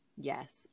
Yes